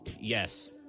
Yes